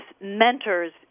mentors